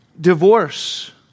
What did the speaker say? Divorce